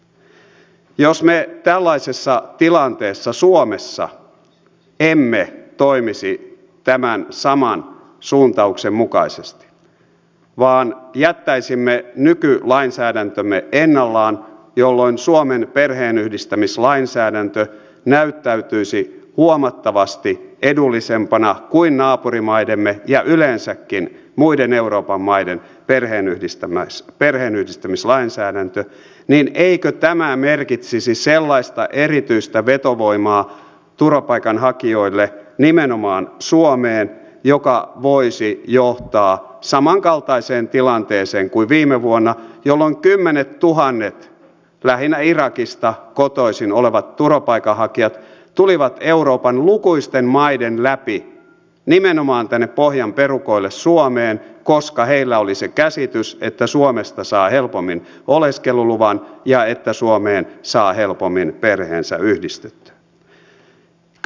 jos me tällaisessa tilanteessa suomessa emme toimisi tämän saman suuntauksen mukaisesti vaan jättäisimme nykylainsäädäntömme ennalleen jolloin suomen perheenyhdistämislainsäädäntö näyttäytyisi huomattavasti edullisempana kuin naapurimaidemme ja yleensäkin muiden euroopan maiden perheenyhdistämislainsäädäntö niin eikö tämä merkitsisi sellaista erityistä vetovoimaa turvapaikanhakijoille nimenomaan suomeen mikä voisi johtaa samankaltaiseen tilanteeseen kuin viime vuonna jolloin kymmenettuhannet lähinnä irakista kotoisin olevat turvapaikanhakijat tulivat euroopan lukuisten maiden läpi nimenomaan tänne pohjan perukoille suomeen koska heillä oli se käsitys että suomesta saa helpommin oleskeluluvan ja että suomeen saa helpommin perheensä yhdistettyä